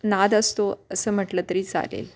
नाद असतो असं म्हटलं तरी चालेल